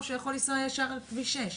או שהוא יכול לנסוע ישר על כביש 6?